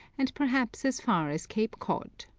and perhaps as far as cape cod.